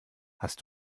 hast